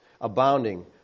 abounding